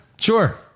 Sure